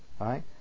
right